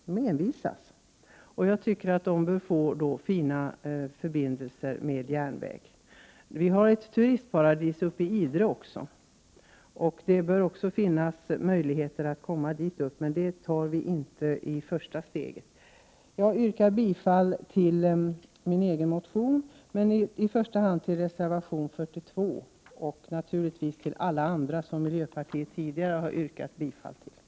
De envisas. Jag tycker att de bör få fina järnvägsförbindelser. Vi har ett turistparadis uppe i Idre. Det bör finnas Prot. 1988/89:107 möjligheter att komma dit upp med tåg, men det behandlar vi inte nu i första Jag yrkar bifall till min egen motion, men i första hand till reservation 42, och naturligtvis till alla andra reservationer som miljöpartisterna tidigare har yrkat bifall till.